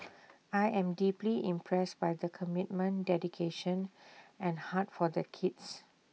I am deeply impressed by the commitment dedication and heart for their kids